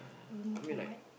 don't know for what